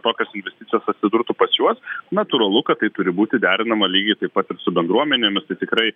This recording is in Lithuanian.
tokios investicijos atsidurtų pas juos natūralu kad tai turi būti derinama lygiai taip pat ir su bendruomenėmis tai tikrai